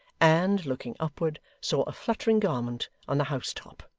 and, looking upward, saw a fluttering garment on the house-top.